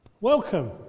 Welcome